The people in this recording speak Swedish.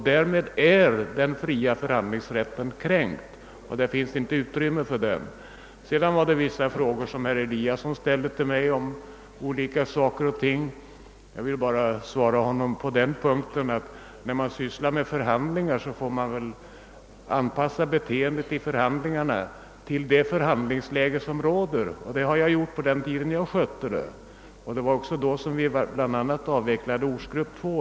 Därmed är den fria förhandlingsrätten kränkt — det finns inget utrymme för den. Så ställde herr Eliasson vissa frågor till mig om olika ting. Jag vill bara svara, att när man sysslar med förhandlingar får man anpassa beteendet vid förhandlingarna efter det rådande förhandlingsläget. Det gjorde jag på den tiden jag skötte dessa saker. Då avvecklade vi bl.a. ortsgrupp 2.